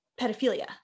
pedophilia